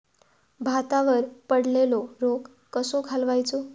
भातावर पडलेलो रोग कसो घालवायचो?